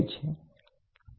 તો આ મેટાલિક બેલો છે